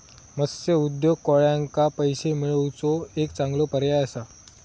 मत्स्य उद्योग कोळ्यांका पैशे मिळवुचो एक चांगलो पर्याय असा